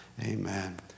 amen